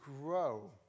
grow